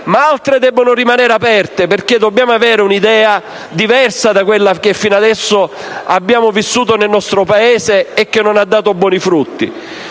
ma altre devono rimanere aperte, perché dobbiamo avere un'idea diversa da quella che fino ad ora abbiamo vissuto nel nostro Paese e che non ha dato buoni frutti.